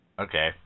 Okay